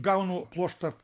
gaunu pluoštą